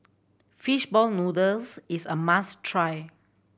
fish ball noodles is a must try